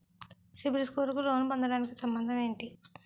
CIBIL score కు loan పొందటానికి సంబంధం ఏంటి?